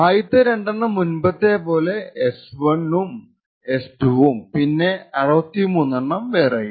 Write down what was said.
ആദ്യത്തെ രണ്ടെണ്ണം മുൻപത്തെ പോലെ എസ്1 ഉം എസ്2 ഉം പിന്നെ 63 എണ്ണം വേറെയും